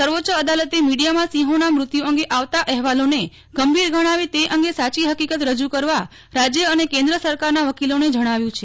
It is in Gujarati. સર્વોચ્ચ અદાલતે મીડીયામાં સિંહોના મૃત્યુ અંગે આવતા અહેવાલોને ગંભીર ગણાવી તે અંગે સાચી હકિકત રજુ કરવા રાજ્ય અને કેન્દ્ર સરકારના વકીલોને જણાવ્યું છે